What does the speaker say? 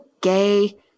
gay